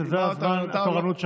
שזאת התורנות שלה.